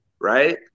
right